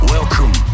Welcome